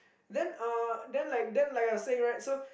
then uh then like then like I was saying right so